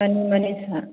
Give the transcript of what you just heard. ꯀꯩꯅꯣ